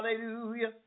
Hallelujah